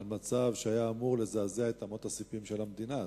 על מצב שהיה אמור לזעזע את אמות הספים של המדינה הזאת.